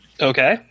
Okay